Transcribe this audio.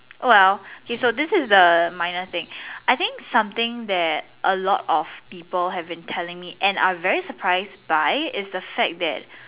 well okay so this is the minor thing I think something that a lot of people have been telling me and are very surprised by is the fact that